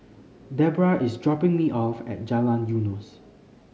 Debbra is dropping me off at Jalan Eunos